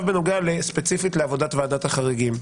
ספציפית לעבודת ועדת החוקים.